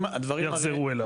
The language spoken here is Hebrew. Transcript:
יחזרו אליו.